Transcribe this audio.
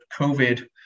COVID